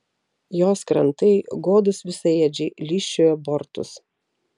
jos krantai godūs visaėdžiai lyžčiojo bortus